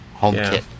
HomeKit